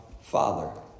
Father